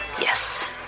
Yes